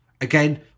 Again